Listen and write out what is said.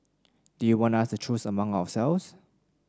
do you want us to choose among ourselves